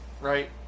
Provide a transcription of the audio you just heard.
right